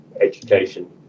education